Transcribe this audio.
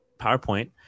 powerpoint